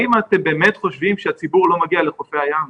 האם אתם באמת חושבים שהציבור לא מגיע לחופי הים?